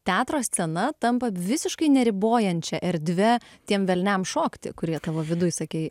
teatro scena tampa visiškai neribojančia erdve tiem velniam šokti kurie tavo viduj sakei